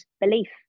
belief